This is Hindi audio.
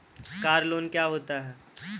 कार लोन क्या होता है?